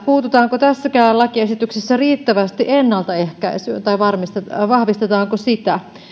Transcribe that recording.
puututaanko tässäkään lakiesityksessä riittävästi ennaltaehkäisyyn tai vahvistetaanko sitä